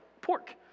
pork